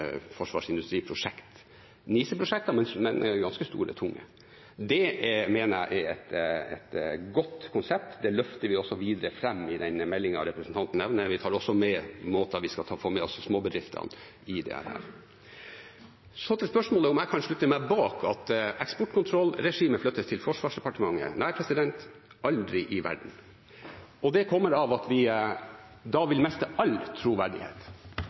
men som er ganske store og tunge. Det mener jeg er et godt konsept. Det løfter vi også videre fram i den meldingen representanten nevner. Vi tar også med måter vi skal få med oss småbedriftene på, i dette. Til spørsmålet om jeg kan slutte meg til at eksportkontrollregimet flyttes til Forsvarsdepartementet: Nei, aldri i verden. Og det kommer av at vi da vil miste all troverdighet